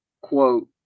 quote